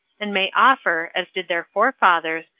and may offer, as did their forefathers,